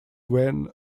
when